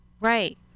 right